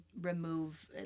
remove